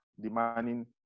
demanding